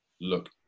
look